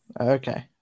Okay